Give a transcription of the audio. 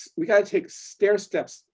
we got to take stairsteps,